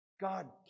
God